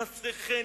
חסרי חן,